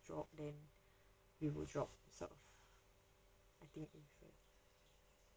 drop then we will drop so I think